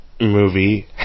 movie